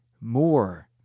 more